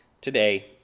today